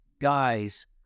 guys